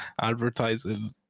Advertising